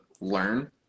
learn